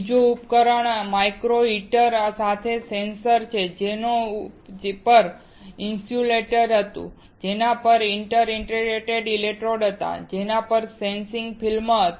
બીજું ઉપકરણ micro heater સાથે સેન્સર છે જેના પર ઇન્સ્યુલેટર હતું જેના પર ઇન્ટર ડિજિટેટેડ ઇલેક્ટ્રોડ હતા જેના પર સેન્સિંગ ફિલ્મ હતી